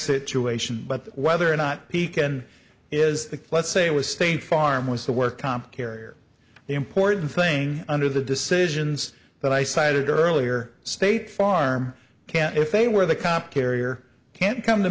situation but whether or not he can is let's say it was state farm was the work comp care the important thing under the decisions that i cited earlier state farm can't if they were the comp carrier can't come to